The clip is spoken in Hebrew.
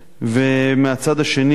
ומהצד השני,